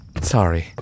Sorry